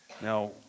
Now